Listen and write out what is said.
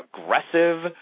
aggressive